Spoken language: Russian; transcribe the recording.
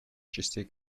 частей